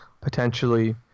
potentially